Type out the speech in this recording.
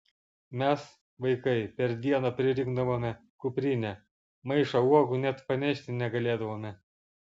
mes vaikai per dieną pririnkdavome kuprinę maišą uogų net panešti negalėdavome